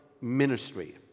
ministry